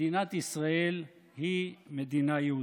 מדינת ישראל היא מדינה יהודית.